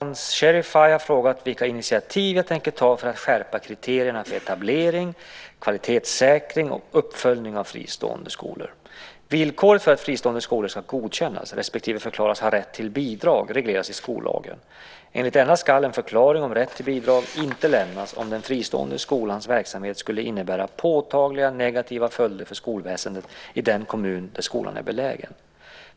Fru talman! Mariam Osman Sherifay har frågat vilka initiativ jag tänker ta för att skärpa kriterierna för etablering, kvalitetssäkring och uppföljning av fristående skolor. Villkoren för att fristående skolor ska godkännas respektive förklaras ha rätt till bidrag regleras i skollagen . Enligt denna ska en förklaring om rätt till bidrag inte lämnas om den fristående skolans verksamhet skulle innebära påtagliga negativa följder för skolväsendet i den kommun där skolan är belägen.